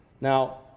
Now